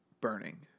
burning